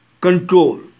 control